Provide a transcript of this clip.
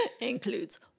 includes